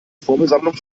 formelsammlung